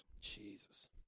Jesus